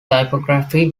typography